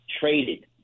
traded